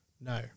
No